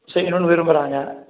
செய்யணும்னு விரும்புறாங்க